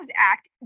Act